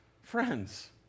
friends